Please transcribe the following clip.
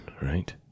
right